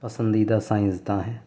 پسندیدہ سائنسداں ہیں